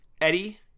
Eddie